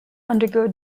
undergo